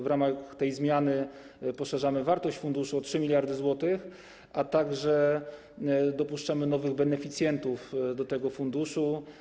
W ramach zmian poszerzamy wartość funduszu o 3 mld zł, a także dopuszczamy nowych beneficjentów do tego funduszu.